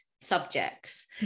subjects